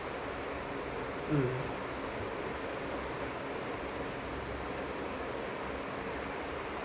mm